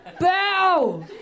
bow